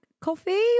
coffee